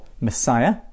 Messiah